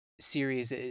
series